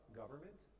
government